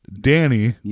Danny